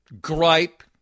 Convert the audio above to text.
Gripe